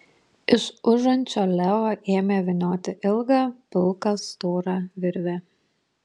iš užančio leo ėmė vynioti ilgą pilką storą virvę